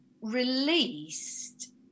released